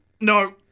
no